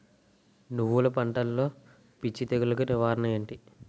నువ్వులు పంటలో పిచ్చి తెగులకి నివారణ ఏంటి?